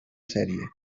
sèrie